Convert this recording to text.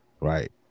right